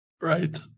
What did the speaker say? Right